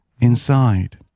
inside